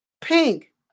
Pink